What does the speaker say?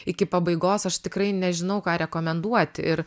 iki pabaigos aš tikrai nežinau ką rekomenduoti ir